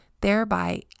thereby